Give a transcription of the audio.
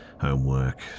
Homework